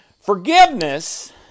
Forgiveness